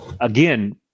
Again